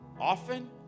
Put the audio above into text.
often